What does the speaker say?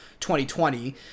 2020